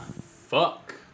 Fuck